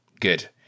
Good